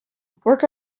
work